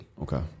Okay